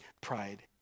pride